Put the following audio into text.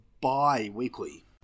bi-weekly